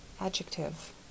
adjective